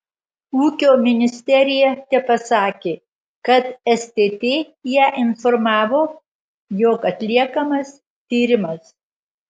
ūkio ministerija tepasakė kad stt ją informavo jog atliekamas tyrimas